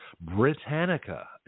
Britannica